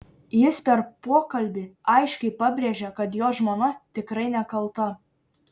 jis per pokalbį aiškiai pabrėžė kad jo žmona tikrai nekalta